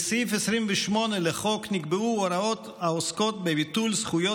בסעיף 28 לחוק נקבעו הוראות העוסקות בביטול הזכויות